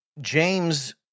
James